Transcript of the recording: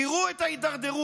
תראו את ההידרדרות.